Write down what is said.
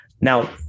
Now